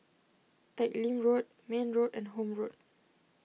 Teck Lim Road Mayne Road and Horne Road